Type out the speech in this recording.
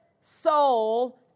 soul